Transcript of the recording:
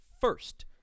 first